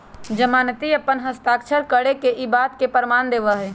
जमानती अपन हस्ताक्षर करके ई बात के प्रमाण देवा हई